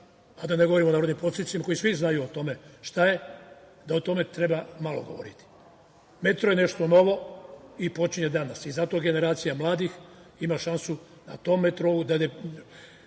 a da ne govorimo o narodnim poslanicima, koji svi znaju o tome šta je, da o tome treba malo govoriti. Metro je nešto novo i počinje danas i zato generacija mladih ima šansu na tom metrou da skine